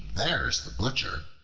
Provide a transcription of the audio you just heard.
there is the butcher,